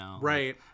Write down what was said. right